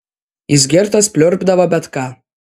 jis girtas pliurpdavo bet ką